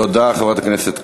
תודה, חברת הכנסת קול.